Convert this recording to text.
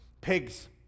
Pigs